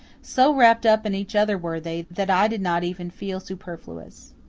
so wrapped up in each other were they that i did not even feel superfluous.